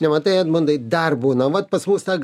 ne matai edmundai dar būna vat pas mus ta